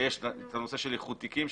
יש את הנושא של איחוד תיקים.